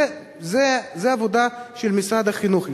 זו עבודה של משרד החינוך.